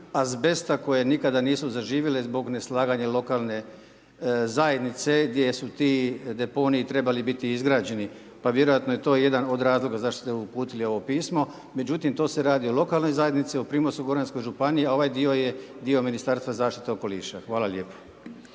koje nikada nisu zaživjele zbog neslaganja lokalne zajednice gdje su ti deponiji trebali biti izgrađeni, pa vjerojatno je to jedan od razloga zašto ste uputili ovo pismo, međutim to se radi o lokalnoj zajednici, o Primorsko-goranskoj županiji, a ovaj dio je dio Ministarstva zaštite okoliša. Hvala lijepo.